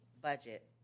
budget